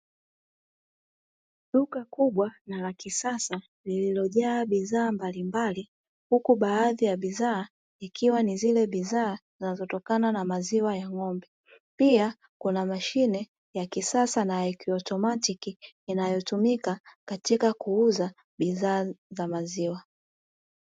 Duka kubwa na la kisasa lililojaa bidhaa mbalimbali, huku baadhi ya bidhaa ikiwa ni zile bidhaa zinazotokana na maziwa ya ng'ombe; pia kuna mashine ya kisasa na ya kiautomatiki inayotumika katika kuuza bidhaa za maziwa.